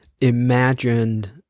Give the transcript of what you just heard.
imagined